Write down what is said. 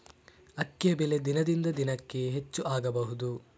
ಅಕ್ಕಿಯ ಬೆಲೆ ದಿನದಿಂದ ದಿನಕೆ ಹೆಚ್ಚು ಆಗಬಹುದು?